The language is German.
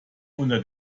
unter